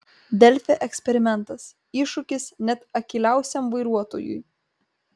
delfi eksperimentas iššūkis net akyliausiam vairuotojui